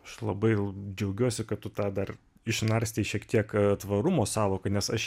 aš labai džiaugiuosi kad tu tą dar išnarstei šiek tiek tvarumo sąvoką nes aš